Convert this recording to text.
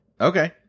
Okay